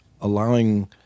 allowing